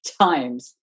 times